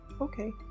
Okay